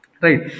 Right